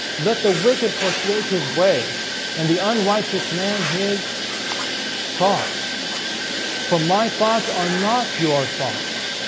let the wicked forsake his way and the unrighteous man his thoughts for my thoughts are not your thoughts